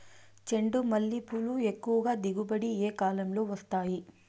చెండుమల్లి పూలు ఎక్కువగా దిగుబడి ఏ కాలంలో వస్తాయి